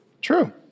True